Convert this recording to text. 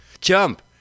Jump